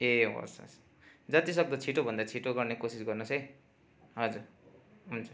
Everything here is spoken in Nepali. ए होस् होस् जति सक्दो छिटोभन्दा छिटो गर्ने कोसिस गर्नु होस् है हजुर हुन्छ